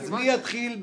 אז מי יתחיל ראשון?